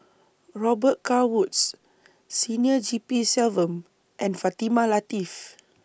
Robet Carr Woods Senior G P Selvam and Fatimah Lateef